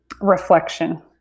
Reflection